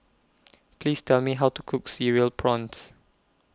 Please Tell Me How to Cook Cereal Prawns